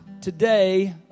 today